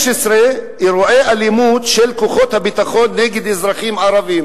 15 אירועי אלימות של כוחות הביטחון נגד אזרחים ערבים,